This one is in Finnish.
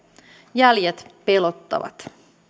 jäljet pelottavat